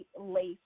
lace